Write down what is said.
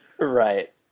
Right